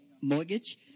mortgage